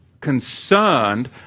concerned